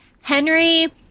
Henry